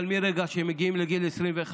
אבל מרגע שהם מגיעים לגיל 21,